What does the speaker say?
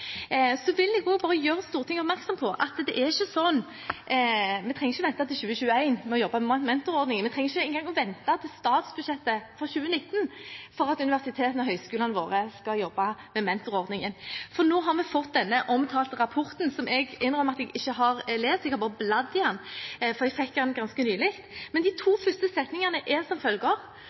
vil også bare gjøre Stortinget oppmerksom på at vi trenger ikke vente til 2021 med å jobbe med mentorordningen. Vi trenger ikke engang vente til statsbudsjettet for 2019 for at universitetene og høyskolene våre skal jobbe med mentorordningen. For nå har vi fått denne omtalte rapporten – som jeg innrømmer at jeg ikke har lest, jeg har bare bladd i den, for jeg fikk den ganske nylig. Men de to første setningene er som følger: